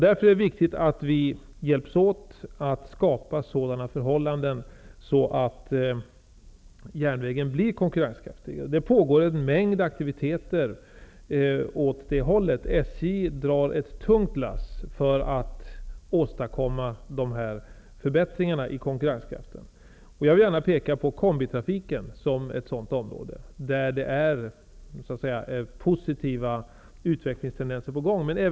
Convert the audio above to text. Därför är det viktigt att vi hjälps åt med att skapa sådana förhållanden att järnvägen blir konkurrenskraftigare. Det pågår en mängd aktiviteter i den riktningen. SJ drar ett tungt lass för att åstadkomma de här förbättringarna när det gäller konkurrenskraften. Jag vill gärna peka på kombitrafiken som ett område där positiva utvecklingstendenser så att säga är på gång.